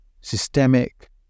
systemic